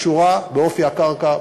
קשורה באופי הקרקע,